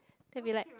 then we like